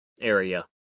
area